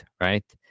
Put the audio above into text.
right